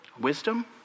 Wisdom